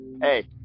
Hey